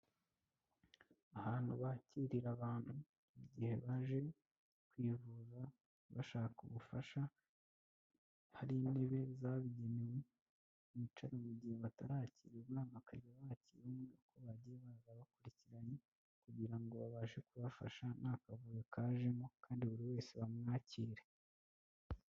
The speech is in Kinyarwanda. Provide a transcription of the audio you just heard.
Ahantu bakirira abantu igihe baje kwivuza bashaka ubufasha hari intebe zabigenewe mwicara mu gihe batarakirwa bakari bakimva uko bagiye baza bakurikiranye kugira ngo babashe kubafasha ntakavuyo kajemo kandi buri wese bamwakire.